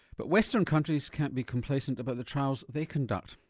but western countries can't be complacent about the trials they conduct.